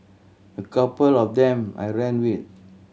a couple of them I ran with